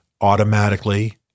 automatically